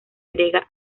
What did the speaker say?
griega